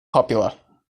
popular